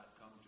come